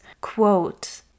quote